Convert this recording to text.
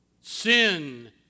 Sin